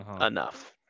enough